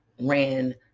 ran